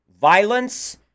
violence